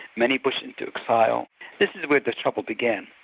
many pushed into exile this is where the trouble began,